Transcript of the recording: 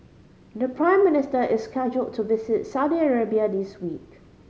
the Prime Minister is scheduled to visit Saudi Arabia this week